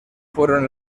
fueron